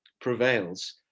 prevails